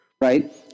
Right